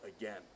again